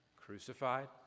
crucified